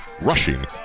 rushing